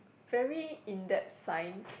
very in depth science